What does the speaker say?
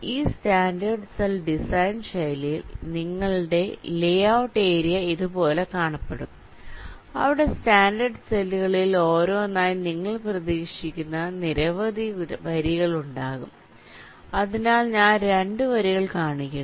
ഈ standard cell design ശൈലിയിൽ നിങ്ങളുടെ ലെ ഔട്ട് ഏരിയ ഇതുപോലെ കാണപ്പെടും അവിടെ സ്റ്റാൻഡേർഡ് സെല്ലുകളിൽ ഓരോന്നായി നിങ്ങൾ പ്രതീക്ഷിക്കുന്ന നിരവധി വരികൾ ഉണ്ടാകും അതിനാൽ ഞാൻ രണ്ട് വരികൾ കാണിക്കുന്നു